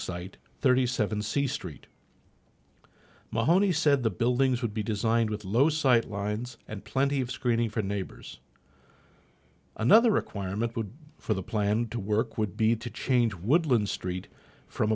site thirty seven c street mahoney said the buildings would be designed with low sight lines and plenty of screening for neighbors another requirement would be for the plan to work would be to change woodland street from